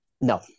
no